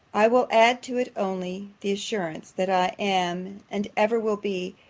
i will add to it only the assurance, that i am, and ever will be,